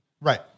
Right